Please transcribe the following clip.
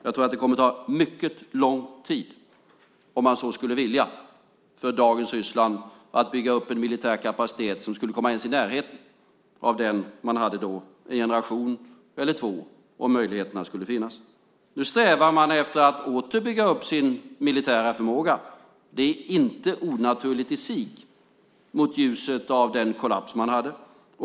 Jag tror att det kommer att ta mycket lång tid för dagens Ryssland att, om man så skulle vilja, bygga upp en militär kapacitet som kom ens i närheten av den man hade en eller två generationer tillbaka, om nu de möjligheterna skulle finnas. Nu strävar man efter att åter bygga upp sin militära förmåga. Det är inte onaturligt i sig i ljuset av den kollaps man hade.